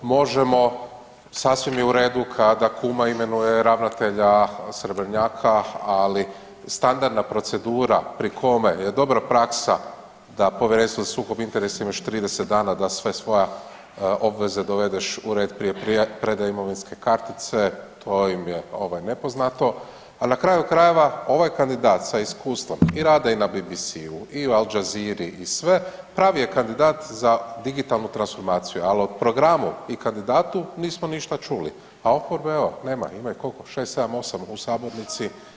Možemo sasvim je u redu kada kuma imenuje ravnatelja Srebrnjaka, ali standardna procedura pri kome je dobra praksa da Povjerenstvo za sukob interesa ima još 30 dana da sve svoje obveze dovedeš u red prije predaje imovinske kartice, to im je ovaj nepoznato, al na kraju krajeva ovaj kandidat sa iskustvom i rada i na BBC-u i u Al Jazeera-i i sve pravi je kandidat za digitalnu transformaciju, ali o programu i kandidatu nismo ništa čuli, a oporbe evo nema, ima ih koliko 6, 7, 8 u sabornici, rasulo.